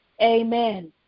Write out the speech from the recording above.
Amen